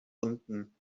unten